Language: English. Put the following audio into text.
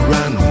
Run